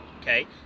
okay